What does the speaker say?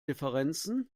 differenzen